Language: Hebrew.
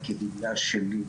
לקהילה שלי.